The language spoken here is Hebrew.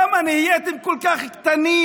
למה נהייתם כל כך קטנים?